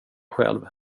själv